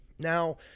Now